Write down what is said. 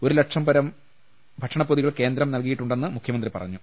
ഒരു ലക്ഷം ഭക്ഷണപ്പൊതികൾ കേന്ദ്രം നൽകിയി ട്ടുണ്ടെന്നും മുഖ്യമന്ത്രി പറഞ്ഞു